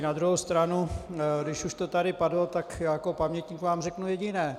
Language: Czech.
Na druhou stranu, když už to tady padlo, tak jako pamětník vám řeknu jediné.